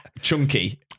chunky